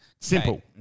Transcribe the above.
simple